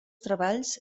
treballs